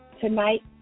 tonight